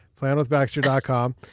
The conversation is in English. planwithbaxter.com